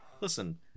Listen